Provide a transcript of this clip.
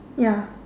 ya